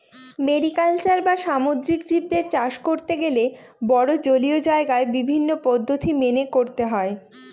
mariculture বা সামুদ্রিক জীবদের চাষ করতে গেলে বড়ো জলীয় জায়গায় বিভিন্ন পদ্ধতি মেনে করতে হয়